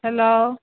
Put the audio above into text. hello